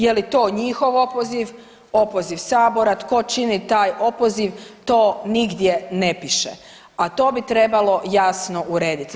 Je li to njihov opoziv, opoziv sabora, tko čini taj opoziv to nigdje ne piše, a to bi trebalo jasno urediti.